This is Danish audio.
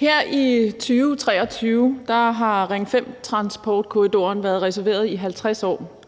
Her i 2023 har Ring 5-transportkorridoren været reserveret i 50 år,